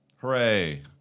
Hooray